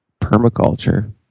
Permaculture